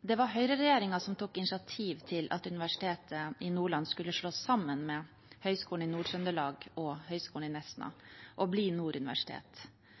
Det var høyreregjeringen som tok initiativ til at Universitetet i Nordland skulle slås sammen med Høgskolen i Nord-Trøndelag og Høgskolen i